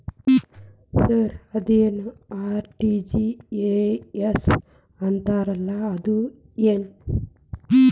Sir ಅದೇನು RTGS ಅಂತಾರಲಾ ಅದು ಏನ್ರಿ?